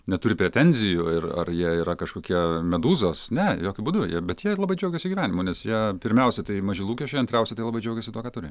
neturi pretenzijų ir ar jie yra kažkokie medūzos ne jokiu būdu ir bet jie labai džiaugiasi gyvenimu nes jie pirmiausia tai maži lūkesčiai antriausia tai labai džiaugiasi tuo ką turi